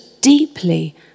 deeply